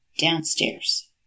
downstairs